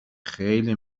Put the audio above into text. خیلی